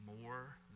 more